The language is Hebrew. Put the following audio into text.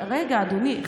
רגע, אדוני.